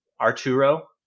Arturo